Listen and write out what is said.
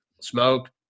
smoke